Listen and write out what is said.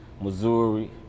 Missouri